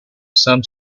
some